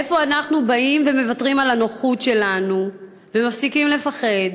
איפה אנחנו באים ומוותרים על הנוחות שלנו ומפסיקים לפחד,